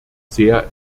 sehr